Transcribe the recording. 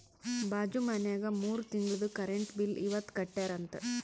ಬಾಜು ಮನ್ಯಾಗ ಮೂರ ತಿಂಗುಳ್ದು ಕರೆಂಟ್ ಬಿಲ್ ಇವತ್ ಕಟ್ಯಾರ ಅಂತ್